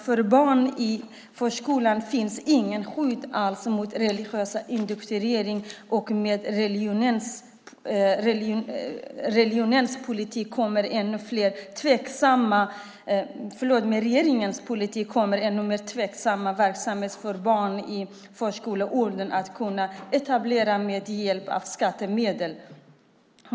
För barn i förskolan finns inget skydd alls mot religiös indoktrinering, och med regeringens politik kommer ännu fler tveksamma verksamheter för barn i förskoleåldern att kunna etableras med hjälp av skattemedel.